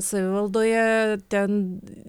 savivaldoje ten